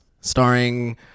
starring